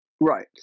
right